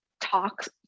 talks